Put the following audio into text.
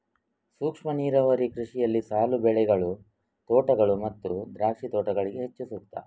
ಸೂಕ್ಷ್ಮ ನೀರಾವರಿ ಕೃಷಿಯಲ್ಲಿ ಸಾಲು ಬೆಳೆಗಳು, ತೋಟಗಳು ಮತ್ತು ದ್ರಾಕ್ಷಿ ತೋಟಗಳಿಗೆ ಹೆಚ್ಚು ಸೂಕ್ತ